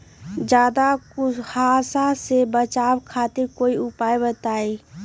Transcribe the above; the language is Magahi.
ज्यादा कुहासा से बचाव खातिर कोई उपाय बताऊ?